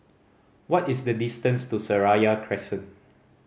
what is the distance to Seraya Crescent